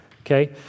Okay